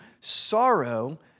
sorrow